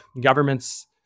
governments